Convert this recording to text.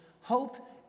Hope